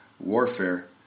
warfare